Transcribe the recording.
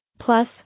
Plus